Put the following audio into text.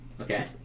Okay